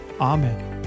Amen